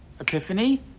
epiphany